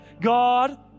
God